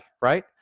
right